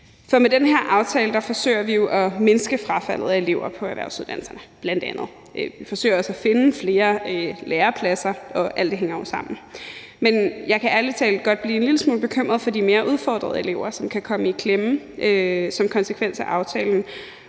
Med den her aftale forsøger vi jo bl.a. at mindske frafaldet af elever på erhvervsuddannelserne. Vi forsøger også at finde flere lærepladser, og alt det hænger jo sammen. Men jeg kan ærlig talt godt blive en lille smule bekymret for de mere udfordrede elever, som kan komme i klemme som konsekvens af aftalen,